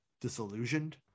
disillusioned